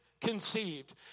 conceived